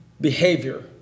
behavior